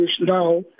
now